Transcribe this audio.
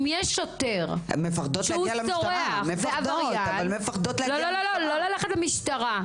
אם יש שוטר שסורח ועבריין --- הן מפחדות ללכת למשטרה.